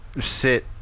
Sit